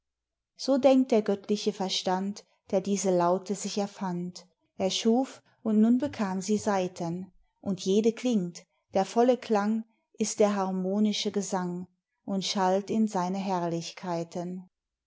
so denkt der göttliche verstand der diese laute sich erfand er schuf und nun bekam sie saiten und jede klingt der volle klang ist der harmonische gesang und schallt in seine herrlichkeiten